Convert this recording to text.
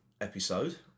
episode